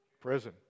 Prison